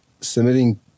submitting